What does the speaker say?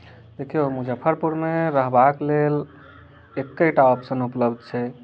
देखियो मुजफ्फरपुरमे रहबाक लेल एकहिटा ऑप्शन उपलब्ध छै